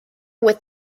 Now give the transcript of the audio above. with